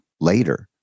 later